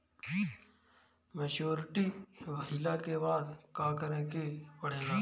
Maturity भईला के बाद का करे के पड़ेला?